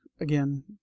again